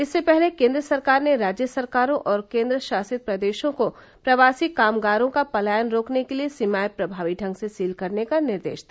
इससे पहले केन्द्र सरकार ने राज्य सरकारों और केन्द्रशासित प्रदेशों को प्रवासी कामगारों का पलायन रोकने के लिए सीमाएं प्रभावी ढंग से सील करने का निर्देश दिया